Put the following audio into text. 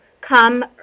come